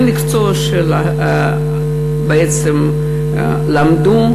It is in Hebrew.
במקצוע שבעצם למדו,